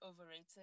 overrated